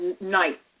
night